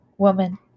woman